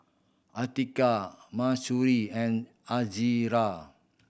Atiqah Mahsuri and Izara